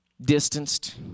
distanced